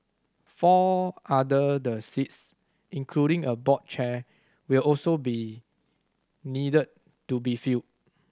four other the seats including a board chair will also be need to be filled